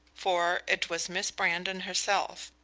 for it was miss brandon herself,